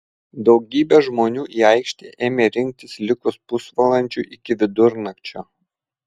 daugybė žmonių į aikštę ėmė rinktis likus pusvalandžiui iki vidurnakčio